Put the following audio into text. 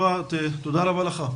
תודה רבה לך.